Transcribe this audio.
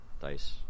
dice